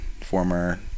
former